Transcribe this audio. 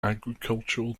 agricultural